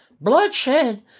bloodshed